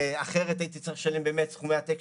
ואחרת הייתי צריך לשלם באמת סכומי עתק,